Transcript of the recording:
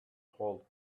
hole